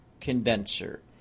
condenser